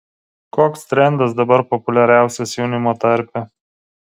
koks trendas dabar populiariausias jaunimo tarpe